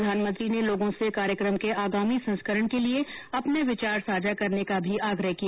प्रधानमंत्री ने लोगों से कार्यक्रम के आगामी संस्करण के लिए अपने विचार साझा करने का भी आग्रह किया